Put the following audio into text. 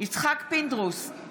פינדרוס,